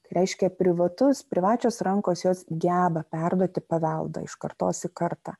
ką reiškia privatus privačios rankos jos geba perduoti paveldą iš kartos į kartą